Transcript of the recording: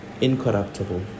incorruptible